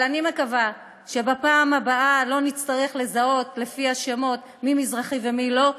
אני מקווה שבפעם הבאה לא נצטרך לזהות לפי השמות מי מזרחי ומי לא,